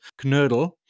Knödel